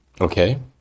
Okay